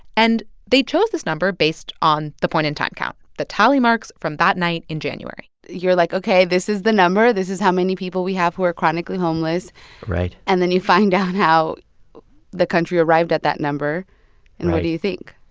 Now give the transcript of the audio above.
and they chose this number based on the point-in-time count, the tally marks from that night in january you're like, ok, this is the number. this is how many people we have who are chronically homeless right and then you find out how the country arrived at that number right and what do you think?